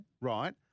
Right